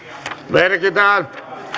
merkitään